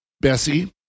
bessie